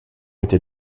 était